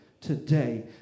today